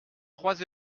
trois